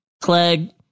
Clegg